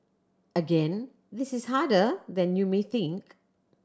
again this is harder than you may think